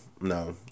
No